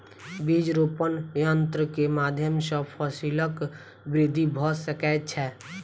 बीज रोपण यन्त्र के माध्यम सॅ फसीलक वृद्धि भ सकै छै